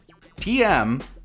TM